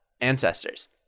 ancestors